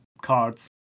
cards